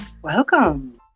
Welcome